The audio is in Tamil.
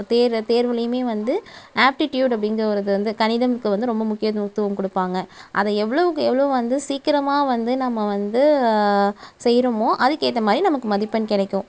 தேர தேர்விலயுமே வந்து ஆப்டிட்டியூட் அப்படிங்கிற ஒரு இதை வந்து கணிதம்க்கு வந்து ரொம்ப முக்கியத்துவம் கொடுப்பாங்க அதை எவ்வளோவுக்கு எவ்வளோ வந்து சீக்கிரமாக வந்து நம்ம வந்து செய்கிறமோ அதுக்கேற்ற்மாரி நமக்கு மதிப்பெண் கிடைக்கும்